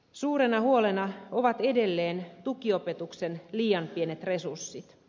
suurena huolena ovat edelleen tukiopetuksen liian pienet resurssit